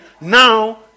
Now